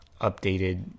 updated